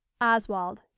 oswald